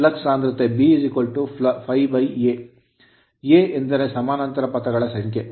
A ಎಂದರೆ ಸಮಾನಾಂತರ ಪಥಗಳ ಸಂಖ್ಯೆ